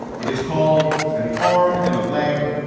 it is called an arm and a leg.